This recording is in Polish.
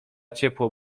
ciepło